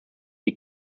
die